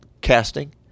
casting